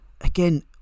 again